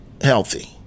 healthy